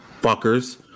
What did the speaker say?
fuckers